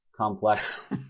complex